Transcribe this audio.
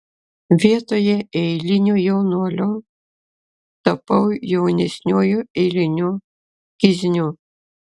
vietoje eilinio jaunuolio tapau jaunesniuoju eiliniu kizniu